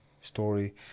story